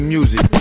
Music